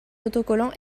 autocollants